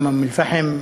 גם מאום-אלפחם,